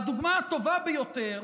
והדוגמה הטובה ביותר,